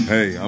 Hey